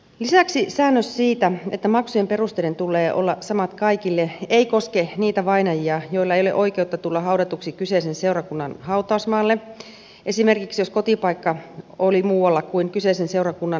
lisäksi säännös siitä että maksujen perusteiden tulee olla samat kaikille ei koske niitä vainajia joilla ei ole oikeutta tulla haudatuksi kyseisen seurakunnan hautausmaalle esimerkiksi jos kotipaikka oli muualla kuin kyseisen seurakunnan alueella